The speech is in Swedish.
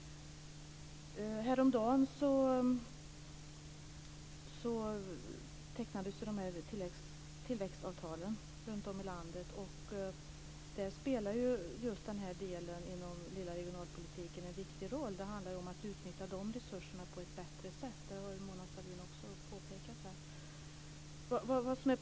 Häromdagen tecknades tillväxtavtalen runtom i landet. Den delen inom lilla regionalpolitiken spelar en viktig roll. Det handlar om att utnyttja resurserna på ett bättre sätt. Det har Mona Sahlin också påpekat här.